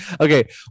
Okay